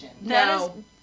no